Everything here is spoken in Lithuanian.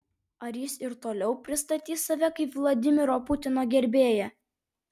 ar jis ir toliau pristatys save kaip vladimiro putino gerbėją